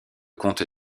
compte